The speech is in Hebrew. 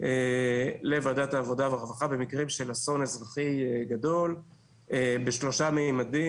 לוועדת העבודה והרווחה במקרים של אסון אזרחי גדול בשלושה ממדים.